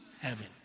heaven